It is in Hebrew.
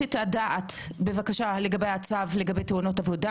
את הדעת לגבי הצו לגבי תאונות עבודה.